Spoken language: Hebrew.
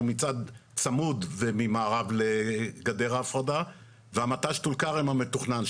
הוא צמוד ממערב לגדר ההפרדה ומט"ש טול כרם המתוכנן,